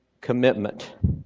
commitment